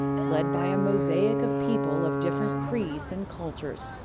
led by a mosaic of people of different creeds and cultures.